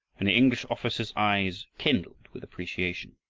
and the english officer's eyes kindled with appreciation.